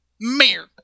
Mayor